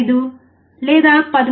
5 లేదా 13